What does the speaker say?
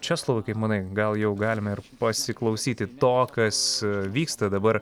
česlovai kaip manai gal jau galime ir pasiklausyti to kas vyksta dabar